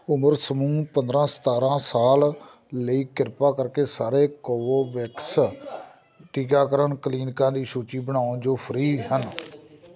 ਉਮਰ ਸਮੂਹ ਪੰਦਰ੍ਹਾਂ ਸਤਾਰ੍ਹਾਂ ਸਾਲ ਲਈ ਕਿਰਪਾ ਕਰਕੇ ਸਾਰੇ ਕੋਵੋਵੈਕਸ ਟੀਕਾਕਰਨ ਕਲੀਨਿਕਾਂ ਦੀ ਸੂਚੀ ਬਣਾਓ ਜੋ ਫ੍ਰੀ ਹਨ